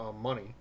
money